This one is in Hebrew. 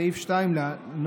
סעיף 2 לנוהל.